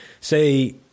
say